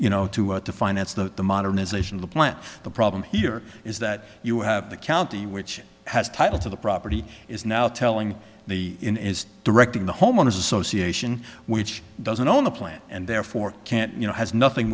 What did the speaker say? you know to finance the modernization of the plant the problem here is that you have the county which has title to the property is now telling the in is directing the homeowners association which doesn't own the plant and therefore can't you know has nothing